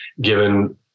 given